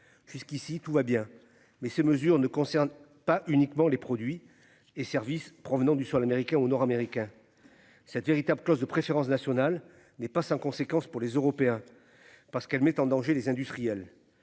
Jusqu'ici tout va bien. Mais ces mesures ne concernent pas uniquement les produits et services provenant du sol américain ou nord-américain. Cette véritables clause de préférence nationale n'est pas sans conséquences pour les Européens. Parce qu'elle met en danger les industriels.